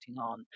on